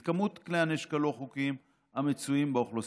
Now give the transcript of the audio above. את כמות כלי הנשק הלא-חוקיים המצויים באוכלוסייה.